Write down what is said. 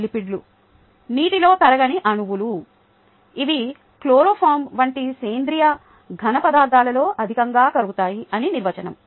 లిపిడ్లు నీటిలో కరగని అణువులు ఇవి క్లోరోఫామ్ వంటి సేంద్రీయ ఘనపదార్థాలలో అధికంగా కరుగుతాయి ఇది నిర్వచనం